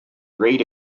great